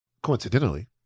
coincidentally